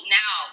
now